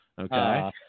okay